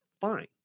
fine